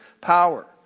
power